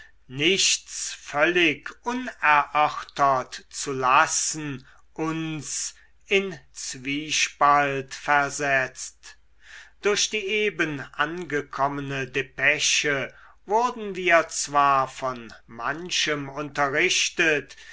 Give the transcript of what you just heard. nichts völlig unerörtert zu lassen uns in zwiespalt versetzt durch die eben angekommene depesche wurden wir zwar von manchem unterrichtet